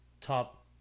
top